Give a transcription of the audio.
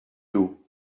dos